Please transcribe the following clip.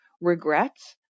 regrets